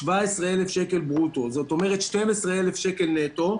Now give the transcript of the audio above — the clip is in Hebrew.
17,000 שקל ברוטו, זאת אומרת 12,000 שקל נטו,